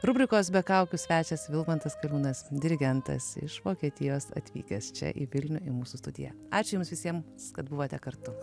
rubrikos be kaukių svečias vilmantas kariūnas dirigentas iš vokietijos atvykęs čia į vilnių į mūsų studiją ačiū jums visiems kad buvote kartu